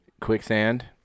quicksand